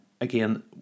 Again